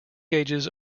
gauges